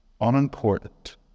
unimportant